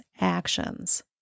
actions